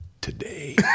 Today